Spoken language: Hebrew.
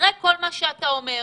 אחרי כל מה שאתה אומר,